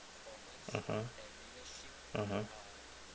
mmhmm mmhmm